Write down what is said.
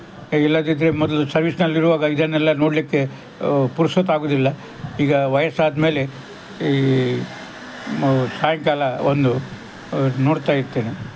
ಇಲ್ಲದಿದ್ದರೆ ಮೊದಲು ಸರ್ವೀಸಿನಲ್ಲಿರುವಾಗ ಇದನ್ನೆಲ್ಲ ನೋಡಲಿಕ್ಕೆ ಪುರಸೊತ್ತಾಗುದಿಲ್ಲ ಈಗ ವಯಸ್ಸಾದಮೇಲೆ ಈ ಸಾಯಂಕಾಲ ಒಂದು ನೋಡುತ್ತಾಯಿರ್ತೇನೆ